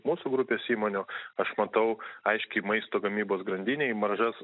mūsų grupės įmonių aš matau aiškiai maisto gamybos grandinėj maržas